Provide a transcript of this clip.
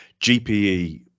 GPE